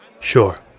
Sure